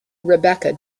rebecca